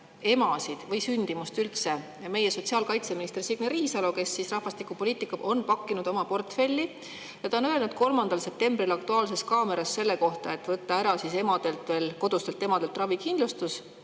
emasid või sündimust üldse meie sotsiaalkaitseminister Signe Riisalo, kes rahvastikupoliitika on pakkinud oma portfelli? Ta [rääkis] 3. septembril "Aktuaalses kaameras" sellest, et võtta ära emadelt, veel kodustelt emadelt, ravikindlustus.